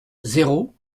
zéro